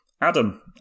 Adam